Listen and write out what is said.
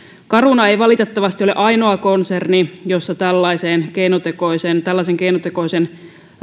caruna ei valitettavasti ole ainoa konserni jossa tällaisen keinotekoisen tällaisen keinotekoisen